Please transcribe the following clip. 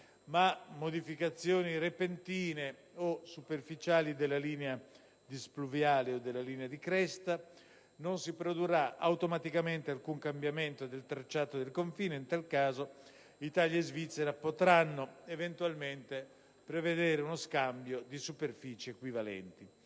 ma modificazioni repentine o superficiali della linea displuviale o della linea di cresta, non si produrrà automaticamente alcun cambiamento del tracciato del confine e in tal caso Italia e Svizzera potranno eventualmente prevedere uno scambio di superfici equivalenti.